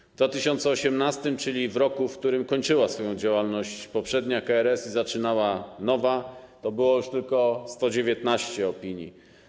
W roku 2018, czyli w roku, w którym kończyła swoją działalność poprzednia KRS i zaczynała nowa, było już tylko 119 opinii.